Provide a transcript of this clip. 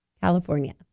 California